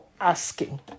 asking